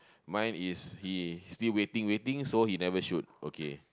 mine is he still waiting waiting so he never shoot okay